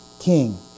king